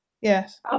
Yes